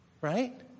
Right